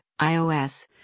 iOS